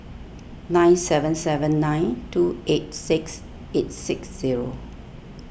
nine seven seven nine two eight six eight six zero